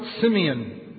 Simeon